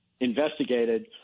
investigated